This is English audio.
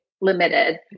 limited